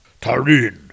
Tarin